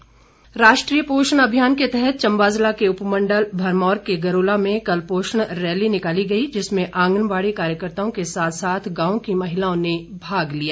पोषण अभियान राष्ट्रीय पोषण अभियान के तहत चंबा जिला के उपमंडल भरमौर के गरोला में कल पोषण रैली निकाली गई जिसमें आंगनवाड़ी कार्यकर्ताओं के साथ साथ गांव की महिलाओं ने भाग लिया